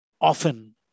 often